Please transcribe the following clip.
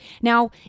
Now